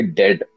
dead